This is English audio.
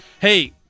Hey